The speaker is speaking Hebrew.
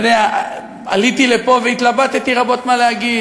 עליתי לפה והתלבטתי רבות מה להגיד.